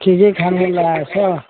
के के खानु मन लागेको छ